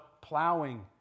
plowing